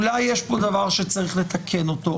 אולי יש פה דבר שצריך לתקן אותו,